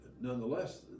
nonetheless